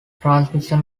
transmissions